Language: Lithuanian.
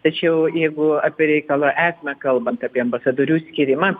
tačiau jeigu apie reikalo esmę kalbant apie ambasadorių skyrimą